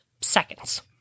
seconds